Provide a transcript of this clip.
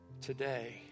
Today